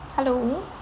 hello